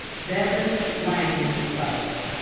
devon wayne russell